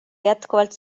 jätkuvalt